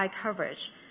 coverage